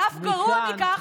ואף גרוע מכך,